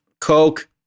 coke